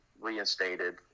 reinstated